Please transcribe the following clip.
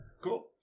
Cool